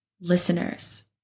listeners